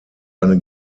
eine